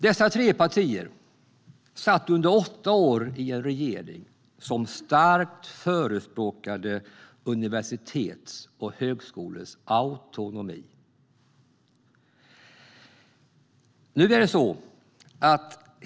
Dessa tre partier satt under åtta år i en regering som starkt förespråkade universitets och högskolors autonomi.